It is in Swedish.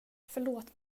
förlåt